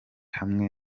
hamwe